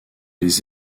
les